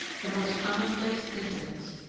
the most commonplace incidents,